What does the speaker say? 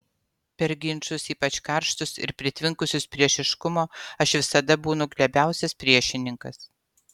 per ginčus ypač karštus ir pritvinkusius priešiškumo aš visada būnu glebiausias priešininkas